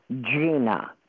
Gina